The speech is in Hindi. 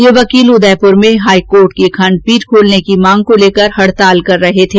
ये वकील उदयपुर में हाई कोर्ट की खंडपीठ खोलने की मांग को लेकर हडताल पर थे